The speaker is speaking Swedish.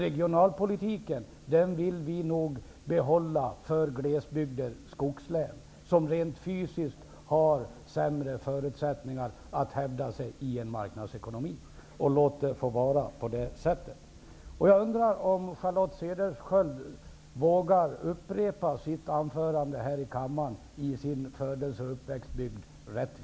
Regionalpolitiken vill vi nog behålla för glesbygden och skogslänen, som rent fysiskt har sämre förutsättningar att hävda sig i en marknadsekonomi. Låt det få vara på det sättet. Jag undrar om Charlotte Cedershiöld vågar upprepa sitt anförande i sin födelse och uppväxtbygd Rättvik.